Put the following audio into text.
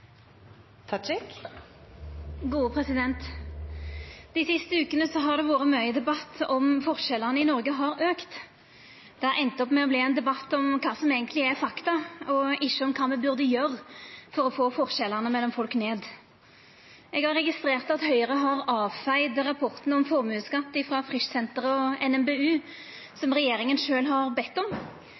Dei siste vekene har det vore mykje debatt om forskjellane i Noreg har auka. Det har enda med å verta ein debatt om kva som eigentleg er fakta, og ikkje om kva me burde gjera for å få forskjellane mellom folk ned. Eg har registrert at Høgre har avfeia rapporten om formuesskatt frå Frischsenteret og NMBU, som regjeringa sjølv har bedt om,